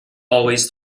always